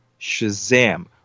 Shazam